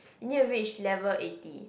you need to reach level eighty